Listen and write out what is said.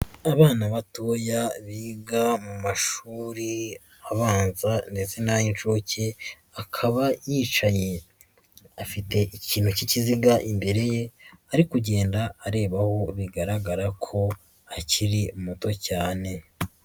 Abana batoya biga mu mashuri abanza ndetse n'ay'inshuke, akaba yicaye afite ikintu cy'ikiziga imbere ye ari kugenda arebaho bigaragara ko akiri muto cyane.